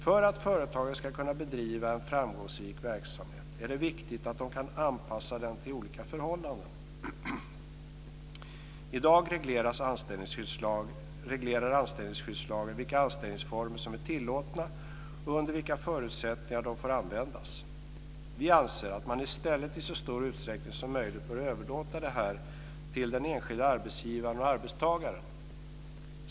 För att företagare ska kunna bedriva en framgångsrik verksamhet är det viktigt att de kan anpassa den till olika förhållanden. I dag reglerar anställningsskyddslagen vilka anställningsformer som är tillåtna och under vilka förutsättningar de får användas. Vi anser att man i stället i så stor utsträckning som möjligt bör överlåta detta till den enskilda arbetsgivaren och arbetstagaren.